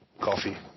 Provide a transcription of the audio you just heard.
coffee